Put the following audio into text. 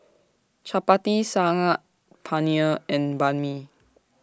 Chapati Saag Paneer and Banh MI